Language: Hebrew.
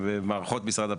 במערכות משרד הפנים.